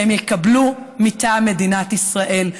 שהם יקבלו מטעם מדינת ישראל.